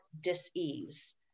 dis-ease